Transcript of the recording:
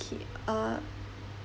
okay uh